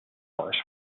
horse